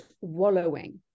wallowing